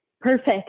perfect